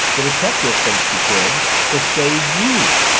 the detective thinks she could to save you!